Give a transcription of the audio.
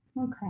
Okay